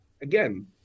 again